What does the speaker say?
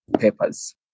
papers